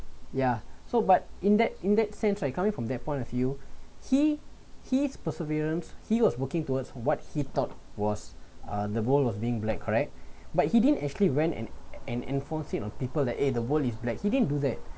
yeah so but in that in that sense right coming from their point of view he he's perseverance he was working towards what he thought was uh the bowl of being black correct but he didn't actually went and and enforce it on people that eh the world is black he didn't do that